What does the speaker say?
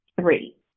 three